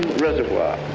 reservoir,